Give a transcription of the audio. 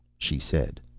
she said.